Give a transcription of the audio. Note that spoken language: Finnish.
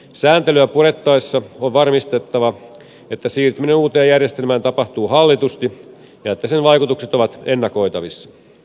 sääntelyä purettaessa on varmistettava että siirtyminen uuteen järjestelmään tapahtuu hallitusti ja että sen vaikutukset ovat ennakoitavissa